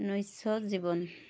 নৈচজীৱন